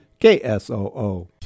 ksoo